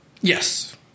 Yes